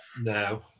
No